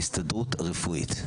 ההסתדרות הרפואית,